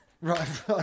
Right